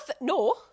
no